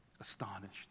astonished